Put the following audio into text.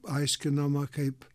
aiškinama kaip